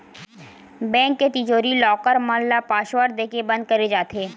bank के तिजोरी, locker मन ल पासवर्ड देके बंद करे जाथे